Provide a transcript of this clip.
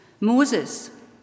Moses